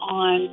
on